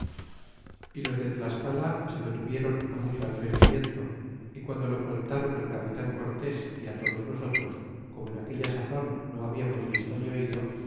y los de tlaseala se lo tuvieron mucho atrevimiento y guando lo contaba al capitan cortés y todos nosotros como en aquella sazon no hablamos visto ni oido